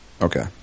Okay